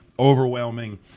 Overwhelming